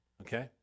okay